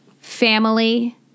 family